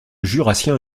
jurassien